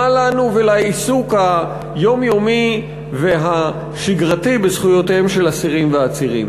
מה לנו ולעיסוק היומיומי והשגרתי בזכויותיהם של אסירים ועצירים?